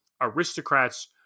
aristocrats